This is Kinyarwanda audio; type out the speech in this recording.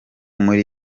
muri